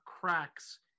cracks